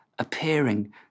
appearing